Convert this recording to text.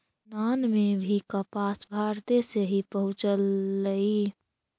यूनान में भी कपास भारते से ही पहुँचलई